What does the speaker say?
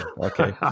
Okay